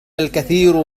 الكثير